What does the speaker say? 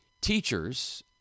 Teachers